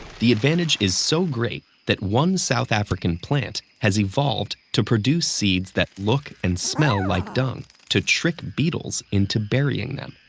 the advantage is so great that one south african plant has evolved to produce seeds that look and smell like dung to trick beetles into burying them.